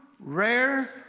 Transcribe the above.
rare